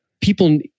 people